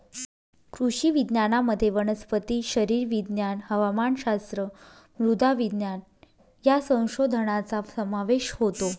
कृषी विज्ञानामध्ये वनस्पती शरीरविज्ञान, हवामानशास्त्र, मृदा विज्ञान या संशोधनाचा समावेश होतो